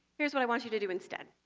here's what i want you to do instead.